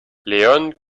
leone